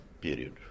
period